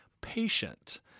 patient